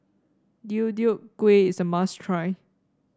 Deodeok Gui is a must try